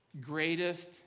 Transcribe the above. greatest